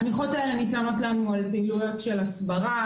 התמיכות האלה ניתנות לנו על פעילויות של הסברה,